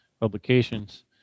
Publications